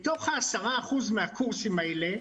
מתוך ה-10% מקורסים האלה,